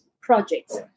projects